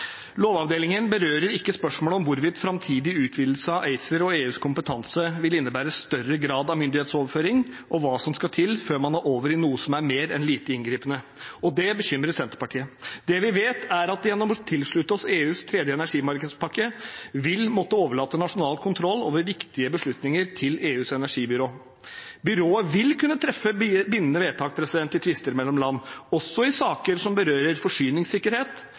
Lovavdelingen berører ikke spørsmålet om hvorvidt framtidige utvidelser av ACER og EUs kompetanse vil innebære større grad av myndighetsoverføring, og hva som skal til før man er over i noe som er mer enn «lite inngripende». Det bekymrer Senterpartiet. Det vi vet, er at vi gjennom å tilslutte oss EUs tredje energimarkedspakke vil måtte overlate nasjonal kontroll over viktige beslutninger til EUs energibyrå. Byrået vil kunne treffe bindende vedtak i tvister mellom land, også i saker som berører forsyningssikkerhet,